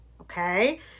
okay